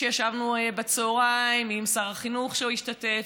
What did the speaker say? וישבנו בצוהריים עם שר החינוך שהשתתף,